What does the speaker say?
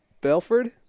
Belford